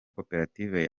koperative